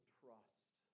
trust